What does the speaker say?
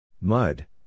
Mud